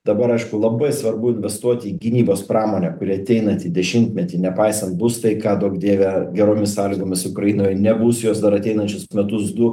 dabar aišku labai svarbu investuot į gynybos pramonę kuri ateinantį dešimtmetį nepaisant bus taika duok dieve geromis sąlygomis ukrainoje nebus jos dar ateinančius metus du